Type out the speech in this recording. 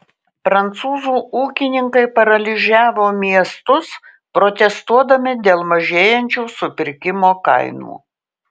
prancūzų ūkininkai paralyžiavo miestus protestuodami dėl mažėjančių supirkimo kainų